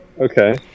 Okay